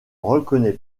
reconnaît